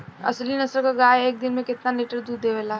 अच्छी नस्ल क गाय एक दिन में केतना लीटर दूध देवे ला?